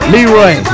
Leroy